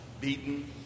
Beaten